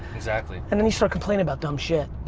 exactly. and then you start complaining about dumb shit,